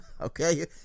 okay